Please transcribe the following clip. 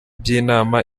by’inama